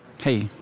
Hey